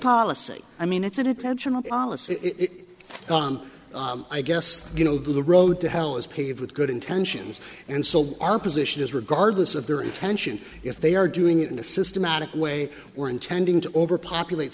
policy i mean it's an intentional policy it i guess you know but the road to hell is paved with good intentions and so our position is regardless of their intention if they are doing it in a systematic way we're intending to overpopulate